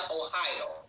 ohio